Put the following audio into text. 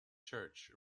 church